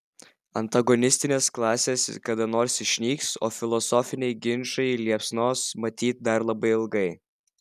antagonistinės klasės kada nors išnyks o filosofiniai ginčai liepsnos matyt dar labai ilgai